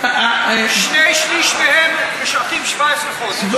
שני-שלישים מהם משרתים 17 חודש.